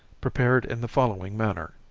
prepared in the following manner.